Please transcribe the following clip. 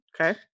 okay